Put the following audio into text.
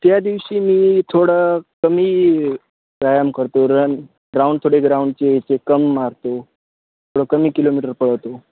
त्या दिवशी मी थोडं कमी व्यायाम करतो रन राउंड थोडे ग्राउंडचे याचे कम मारतो थोडं कमी किलोमीटर पळतो